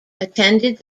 attended